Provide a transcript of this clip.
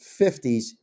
50s